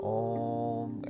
om